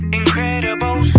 incredible